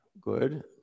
Good